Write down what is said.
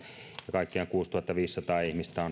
kaikkiaan kuusituhattaviisisataa